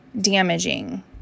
damaging